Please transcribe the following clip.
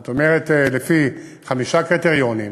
זאת אומרת, לפי חמישה קריטריונים.